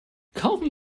kaufen